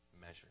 measure